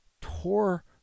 Tore